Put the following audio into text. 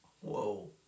Whoa